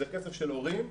זה כסף של הורים,